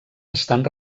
estan